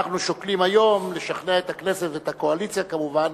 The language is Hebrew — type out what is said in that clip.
אנחנו שוקלים היום לשכנע את הכנסת ואת הקואליציה כמובן,